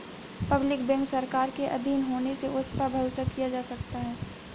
public bank सरकार के आधीन होने से उस पर भरोसा किया जा सकता है